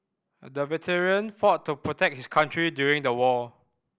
the veteran fought to protect his country during the war